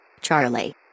Charlie